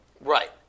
right